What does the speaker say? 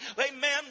amen